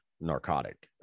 narcotic